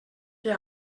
què